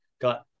got